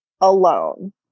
alone